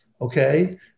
okay